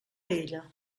ella